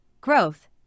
growth